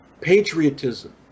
patriotism